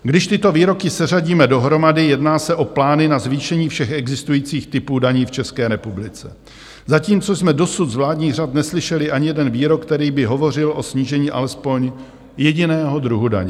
Když tyto výroky seřadíme dohromady, jedná se o plány na zvýšení všech existujících typů daní v České republice, zatímco jsme dosud z vládních řad neslyšeli ani jeden výrok, který by hovořil o snížení alespoň jediného druhu daně.